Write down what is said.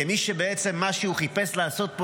כמי שבעצם מה שהוא חיפש לעשות פה הוא